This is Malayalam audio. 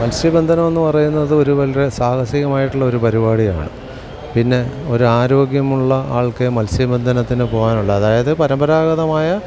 മത്സ്യബന്ധനമെന്ന് പറയുന്നത് ഒരു വളരെ സാഹസികമായിട്ടുള്ള ഒരു പരിപാടിയാണ് പിന്നെ ഒരു ആരോഗ്യമുള്ള ആൾക്കേ മത്സ്യബന്ധനത്തിന് പോകാനുള്ളു അതായത് പരമ്പരാഗതമായ